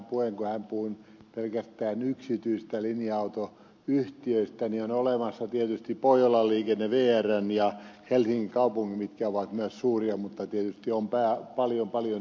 kun hän puhui pelkästään yksityisistä linja autoyhtiöistä niin on olemassa tietysti pohjolan liikenne vrn ja helsingin kaupungin mitkä ovat myös suuria mutta tietysti on paljon paljon yksityisiä